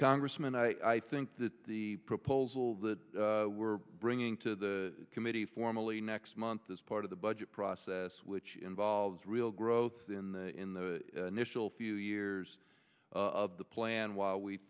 congressman i think that the proposal that we're bringing to the committee formally next month is part of the budget process which involves real growth in the initial few years of the plan while we